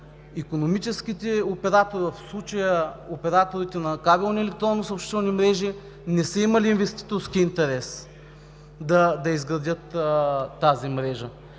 икономическите оператори, в случая операторите на кабелни електронни съобщителни мрежи, не са имали инвеститорски интерес да изградят тази мрежа,